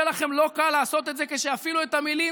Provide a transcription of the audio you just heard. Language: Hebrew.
יהיה לכם לא קל לעשות את זה כשאפילו את המילים